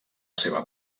seva